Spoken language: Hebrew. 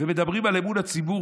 מדברים על אמון הציבור,